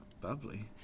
bubbly